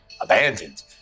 abandoned